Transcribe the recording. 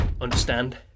understand